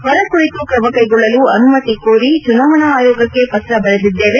ಬರ ಕುರಿತು ಕ್ರಮ ಕೈಗೊಳ್ಳಲು ಅನುಮತಿ ಕೋರಿ ಚುನಾವಣಾ ಆಯೋಗಕ್ಕೆ ಪತ್ರ ಬರೆದಿದ್ದೇವೆ